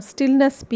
Stillness